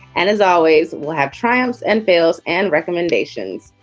and as always, we'll have triumphs and bills and recommendations.